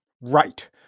Right